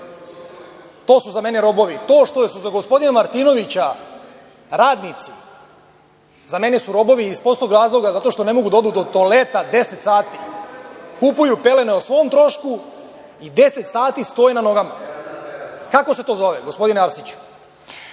To su za mene robovi. To što su za gospodina Martinovića radnici, za mene su robovi, iz prostog razloga zato što ne mogu da odu do toaleta 10 sati. Kupuju pelene o svom trošku i 10 sati stoje na nogama. Kako se to zove, gospodine Arsiću?